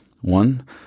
One